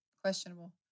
questionable